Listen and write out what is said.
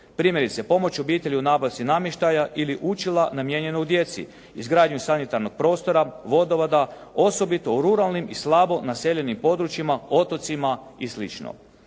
Primjerice, pomoć obitelji u nabavci namještaja ili učila namijenjenog djecu, izgradnju sanitarnog prostora, vodovoda, osobito u ruralnim i slabo naseljenim područjima, otocima i